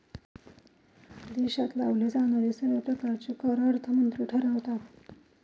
देशात लावले जाणारे सर्व प्रकारचे कर अर्थमंत्री ठरवतात